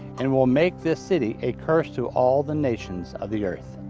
and will make this city a curse to all the nations of the earth.